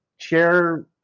share